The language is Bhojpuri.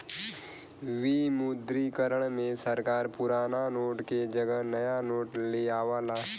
विमुद्रीकरण में सरकार पुराना नोट के जगह नया नोट लियावला